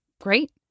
great